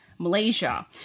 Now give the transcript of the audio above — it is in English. Malaysia